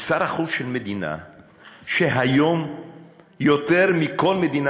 לשר החוץ של מדינה שהיום יותר מכל מדינה